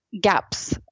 gaps